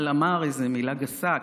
הלאמה זו הרי מילה גסה,